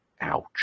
ouch